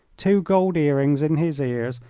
two gold earrings in his ears,